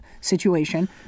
situation